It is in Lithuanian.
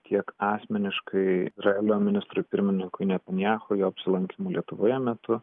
kiek asmeniškai izrealio ministrui pirmininkui netanyahu jo apsilankymų lietuvoje metu